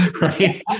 right